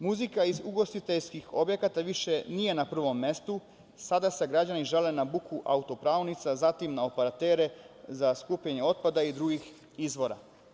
Muzika iz ugostiteljskih objekata više nije na prvom mestu, sada se građani žale na buku auto-perionica, zatim na operatere za skupljanje otpada i drugih izvora.